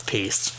Peace